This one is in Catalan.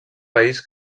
país